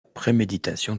préméditation